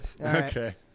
Okay